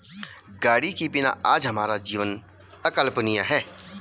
गाड़ी के बिना आज हमारा जीवन अकल्पनीय है